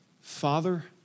Father